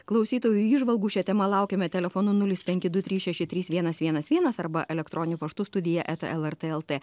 klausytojų įžvalgų šia tema laukiame telefonu nulis penki du trys šeši trys vienas vienas vienas arba elektroniniu paštu studija eta lrt lt